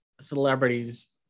celebrities